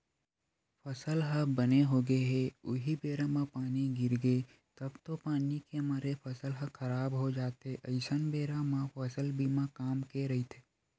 फसल ह बने होगे हे उहीं बेरा म पानी गिरगे तब तो पानी के मारे फसल ह खराब हो जाथे अइसन बेरा म फसल बीमा काम के रहिथे